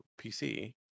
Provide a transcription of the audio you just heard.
pc